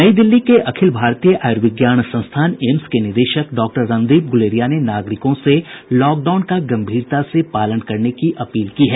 नई दिल्ली के अखिल भारतीय आयुर्विज्ञान संस्थान एम्स के निदेशक डाक्टर रणदीप गुलेरिया ने नागरिकों से लॉकडाउन का गंभीरता से पालन करने की अपील की है